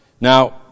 Now